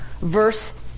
verse